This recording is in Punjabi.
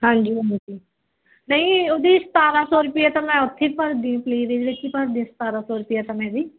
ਹਾਂਜੀ ਹਾਂਜੀ ਨਹੀਂ ਉਹਦੀ ਸਤਾਰ੍ਹਾਂ ਸੌ ਰੁਪਇਆ ਤਾਂ ਮੈਂ ਉੱਥੇ ਭਰਦੀ ਪਲੇਅਵੇਅ ਵਿੱਚ ਭਰਦੀ ਸਤਾਰ੍ਹਾਂ ਸੌ ਰੁਪਇਆ ਤਾਂ ਮੈਂ ਵੀ